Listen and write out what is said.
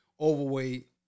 overweight